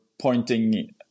pointing